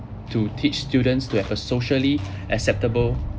to teach students to have a socially acceptable